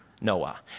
Noah